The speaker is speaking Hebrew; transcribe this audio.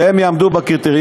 שאם הן יעמדו בקריטריונים,